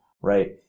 right